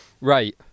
right